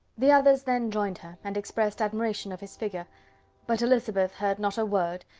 the others then joined her, and expressed admiration of his figure but elizabeth heard not a word,